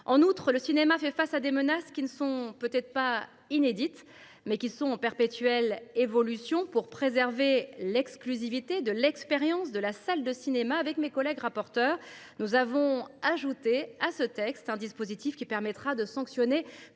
En outre, le cinéma fait face à des menaces qui, si elles ne sont peut être pas inédites, sont en perpétuelle évolution. Pour préserver l’exclusivité de l’expérience de la salle de cinéma, mes collègues rapporteurs et moi même avons ajouté à ce texte un dispositif qui permettra de sanctionner